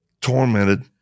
tormented